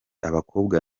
abakobwa